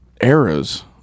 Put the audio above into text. eras